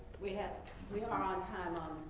we and we are on time